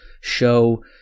show